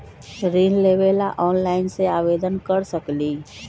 ऋण लेवे ला ऑनलाइन से आवेदन कर सकली?